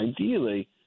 ideally